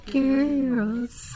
girls